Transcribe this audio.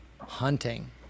hunting